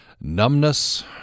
numbness